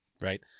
right